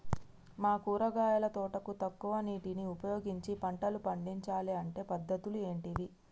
మా కూరగాయల తోటకు తక్కువ నీటిని ఉపయోగించి పంటలు పండించాలే అంటే పద్ధతులు ఏంటివి?